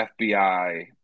FBI